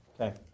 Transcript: Okay